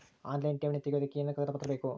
Online ಠೇವಣಿ ತೆಗಿಯೋದಕ್ಕೆ ಏನೇನು ಕಾಗದಪತ್ರ ಬೇಕು?